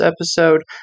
episode